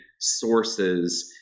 sources